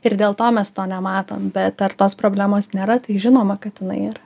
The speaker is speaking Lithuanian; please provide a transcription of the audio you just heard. ir dėl to mes to nematom bet ar tos problemos nėra tai žinoma kad jinai yra